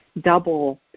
double